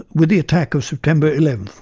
with the attack of september eleven,